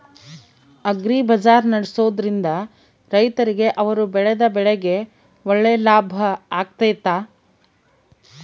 Agri ಬಜಾರ್ ನಡೆಸ್ದೊರಿಂದ ರೈತರಿಗೆ ಅವರು ಬೆಳೆದ ಬೆಳೆಗೆ ಒಳ್ಳೆ ಲಾಭ ಆಗ್ತೈತಾ?